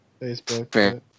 Facebook